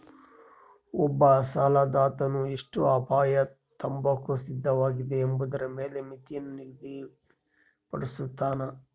ಒಬ್ಬ ಸಾಲದಾತನು ಎಷ್ಟು ಅಪಾಯ ತಾಂಬಾಕ ಸಿದ್ಧವಾಗಿದೆ ಎಂಬುದರ ಮೇಲೆ ಮಿತಿಯನ್ನು ನಿಗದಿಪಡುಸ್ತನ